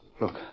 Look